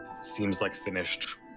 seems-like-finished